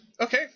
Okay